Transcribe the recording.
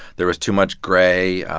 there was too much gray,